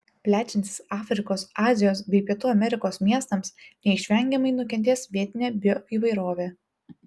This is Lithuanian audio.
plečiantis afrikos azijos bei pietų amerikos miestams neišvengiamai nukentės vietinė bioįvairovė